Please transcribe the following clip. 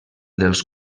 dels